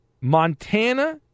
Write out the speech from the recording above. Montana